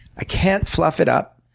i can't fluff it up,